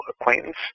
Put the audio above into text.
acquaintance